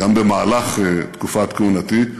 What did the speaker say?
וגם במהלך תקופת כהונתי.